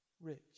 rich